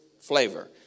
flavor